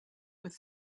with